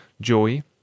Joy